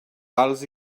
pals